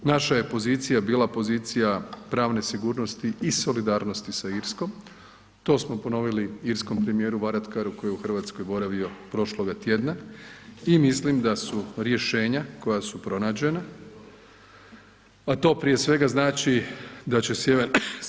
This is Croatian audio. Naša je pozicija bila pozicija pravne sigurnosti i solidarnosti sa Irskom, to smo ponovili irskom premijeru Varadkaru koji je u Hrvatskoj boravio prošloga tjedna i mislim da su rješenja koja su pronađena, a to prije svega znači da će Sj.